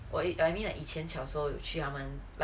well I mean like 以前小时候去他们 like